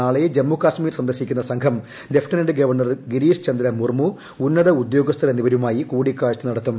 നാളെ ജമ്മു സുന്ദർശിക്കുന്ന സംഘം ലഫ്റ്റനന്റ് ഗവർണർ ഗിരീഷ് ചന്ദ്ര മുർമു ഉന്നത ഉദ്യോഗസ്ഥർ എന്നിവരുമായി കൂടിക്കാഴ്ച നടത്തും